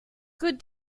good